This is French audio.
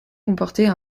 comporter